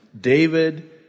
David